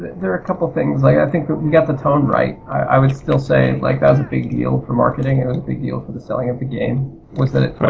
there are a couple of things, like i think we got the tone right. i would still say like that was a big deal for marketing and a big deal for the selling of the game was that it